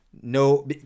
no